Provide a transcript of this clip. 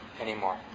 anymore